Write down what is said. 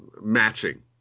matching